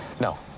No